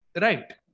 right